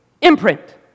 imprint